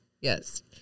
Yes